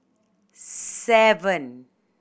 seven